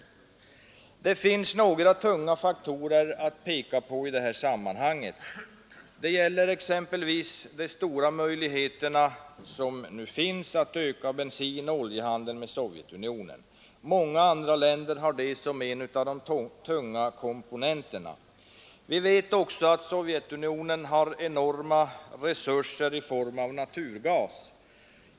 Nr 34 Det finns några tunga faktorer som man kan peka på i det Torsdagen den sammanhanget. Det gäller exempelvis de stora möjligheter som nu finns 1 mars 1973 att öka bensinoch oljehandeln med Sovjetunionen. Många andra länder Areärder för Get har detta som en av de tunga komponenterna i handeln med Sovjettgärder för att unionen. Vi vet också att Sovjetunionen har enorma resurser i form av främja handeln med Östeuropa naturgas.